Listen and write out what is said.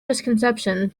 misconception